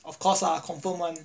of course ah confirm one